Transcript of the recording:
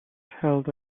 held